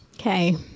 Okay